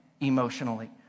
emotionally